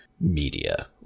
media